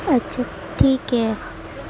اچھا ٹھیک ہے